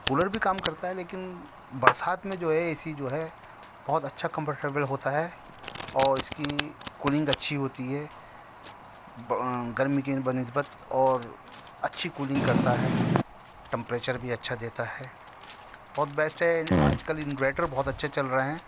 cooler بھی کام کرتا ہے لیکن برسات میں جو ہے اے سی جو ہے بہت اچھا کمفرٹیبل ہوتا ہے اور اس کی کولنگ اچھی ہوتی ہے گرمی کی بہ نسبت اور اچھی کولنگ کرتا ہے ٹمپریچر بھی اچھا دیتا ہے بہت بیسٹ ہے آج کل انوائٹر بہت اچھے چل رہے ہیں